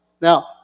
Now